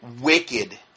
wicked